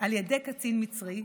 על ידי קצין מצרי,